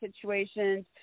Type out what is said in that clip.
situations